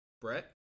Brett